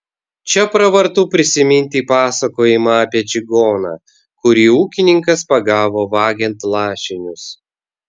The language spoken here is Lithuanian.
čia pravartu prisiminti pasakojimą apie čigoną kurį ūkininkas pagavo vagiant lašinius